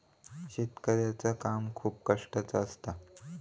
शेतकऱ्याचा काम खूप कष्टाचा असता